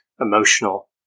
emotional